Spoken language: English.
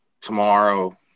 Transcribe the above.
tomorrow